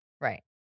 right